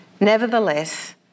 Nevertheless